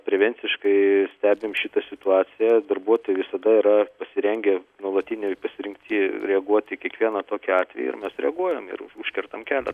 prevenciškai stebim šitą situaciją darbuotojai visada yra pasirengę nuolatinioj pasirengty reaguoti į kiekvieną tokį atvejį ir mes reaguojam ir užkertam kelią